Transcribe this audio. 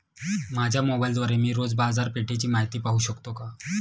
माझ्या मोबाइलद्वारे मी रोज बाजारपेठेची माहिती पाहू शकतो का?